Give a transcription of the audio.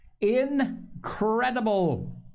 incredible